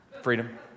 Freedom